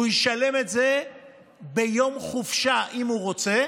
הוא ישלם את זה ביום חופשה, אם הוא רוצה,